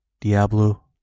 Diablo